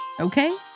Okay